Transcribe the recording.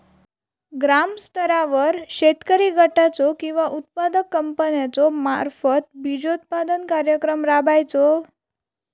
ग्रामस्तरावर शेतकरी गटाचो किंवा उत्पादक कंपन्याचो मार्फत बिजोत्पादन कार्यक्रम राबायचो?